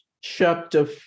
chapter